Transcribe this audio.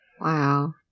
Wow